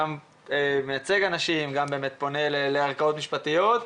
מייצג אנשים ופונה לערכאות משפטיות.